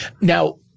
Now